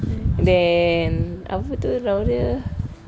then apa tu nama dia